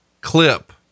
clip